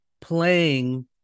playing